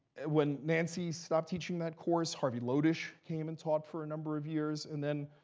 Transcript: when nancy stopped teaching that course, harvey lodish came and taught for a number of years. and then,